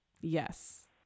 Yes